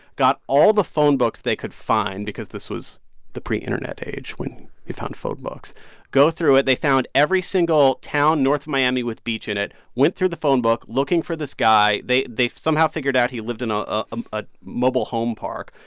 got all the phone books they could find because this was the pre-internet age when they found phone books go through it. they found every single town north of miami with beach in it, went through the phone book looking for this guy. they they somehow figured out he lived in a ah ah mobile home park,